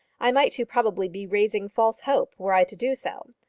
i might too probably be raising false hope were i to do so.